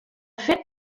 fet